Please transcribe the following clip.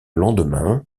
lendemain